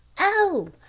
oh,